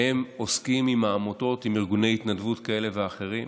הם עוסקים עם עמותות ועם ארגוני התנדבות כאלה ואחרים.